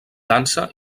dansa